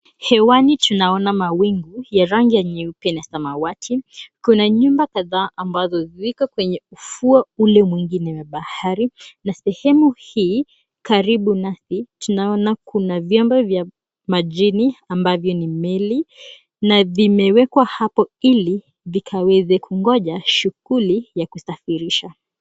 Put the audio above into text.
Hewani tunaona mawingu ya rangi ya nyeupe na samawati. Kuna nyumba kadhaa ambazo ziko kwenye ufuo ule mwingine wa bahari na sehemu hii karibu nasi tunaona kuna vyombo vya majini ambavyo ni meli na vimewekwa hapo ili vikaweze kungoja shughuli ya kusafirisha.